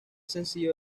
sencillo